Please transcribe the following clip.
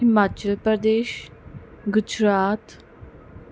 Himachal Pradesh Gujarat